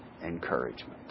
encouragement